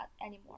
anymore